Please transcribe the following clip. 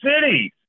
cities